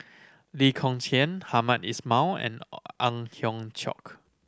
Lee Kong Chian Hamed Ismail and Ang Hiong Chiok